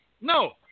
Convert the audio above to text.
No